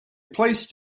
placed